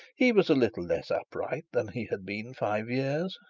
he was a little less upright than he had been five years,